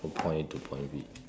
from point A to point B